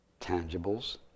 tangibles